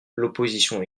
l’opposition